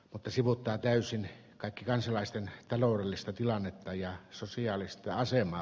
mutta sivuuttaa täysin kaikki kansalaisten taloudellista tilannetta ja sosiaalista asemaa